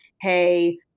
Hey